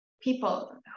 people